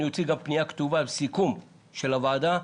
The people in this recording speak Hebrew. ואני אוציא גם פניה כתובה וסיכום של הוועדה,